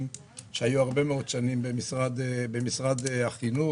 שהיו הרבה מאוד שנים במשרד החינוך.